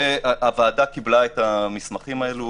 הוועדה קיבלה את המסמכים האלו.